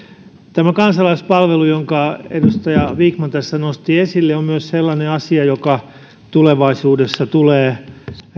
tämä kansalaispalvelu jonka edustaja vikman tässä nosti esille on sellainen asia joka tulevaisuudessa tulee